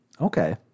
Okay